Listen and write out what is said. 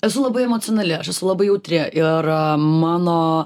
esu labai emocionali aš esu labai jautri ir mano